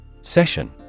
Session